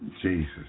Jesus